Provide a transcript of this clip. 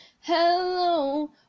hello